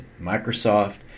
Microsoft